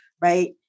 right